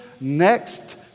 next